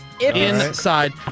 inside